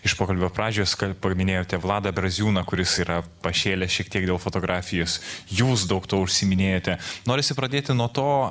iš pokalbio pradžios kad paminėjote vladą braziūną kuris yra pašėlęs šiek tiek dėl fotografijos jūs daug užsiiminėjote norisi pradėti nuo to